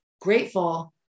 grateful